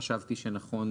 חשבתי שנכון